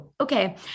Okay